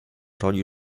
roli